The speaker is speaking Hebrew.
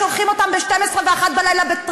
איך שולחים אותם ב-24:00 ו-01:00 בטרמפים.